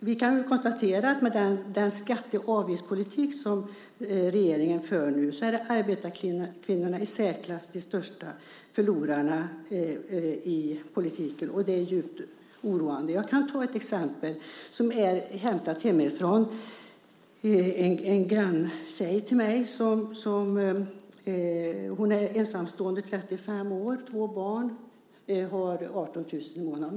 Vi kan konstatera att med den skatte och avgiftspolitik som regeringen för är det arbetarkvinnorna som är de i särklass största förlorarna, och det är ju oroande. Jag kan ta ett exempel hemifrån. En tjej som är granne till mig är ensamstående, 35 år, och har två barn. Hon tjänar 18 000 kr i månaden.